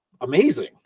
amazing